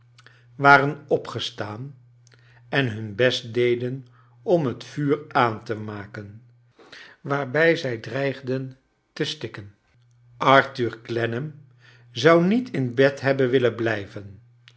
waren opgestaan en hun best deden om het vuur aan te ma ken waarbij zij dreigden te stikken arth ur clennain zou niet in bed hebben willen blijvcn